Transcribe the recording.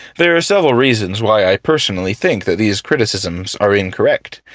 there are several reasons why i personally think that these criticisms are incorrect,